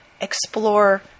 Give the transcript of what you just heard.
explore